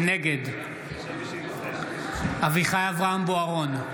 נגד אביחי אברהם בוארון,